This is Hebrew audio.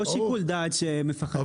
לא שיקול דעת שמפחד --.